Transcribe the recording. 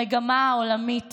המגמה העולמית